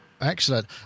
excellent